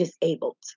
disabled